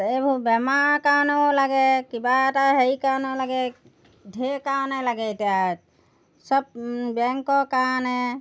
এইবোৰ বেমাৰৰ কাৰণেও লাগে কিবা এটা হেৰি কাৰণেও লাগে ঢেৰ কাৰণে লাগে এতিয়া চব বেংকৰ কাৰণে